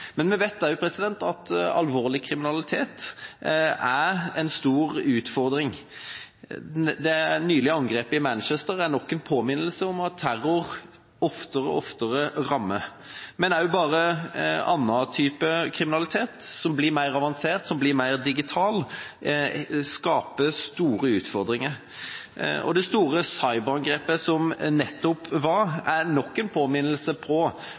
Men vi vet også at alvorlig kriminalitet er en stor utfordring. Det nylige angrepet i Manchester er nok en påminnelse om at terror oftere og oftere rammer. Men også andre typer kriminalitet, som blir mer avansert, som blir mer digital, skaper store utfordringer. Det store cyberangrepet som nettopp var, er nok en påminnelse